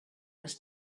was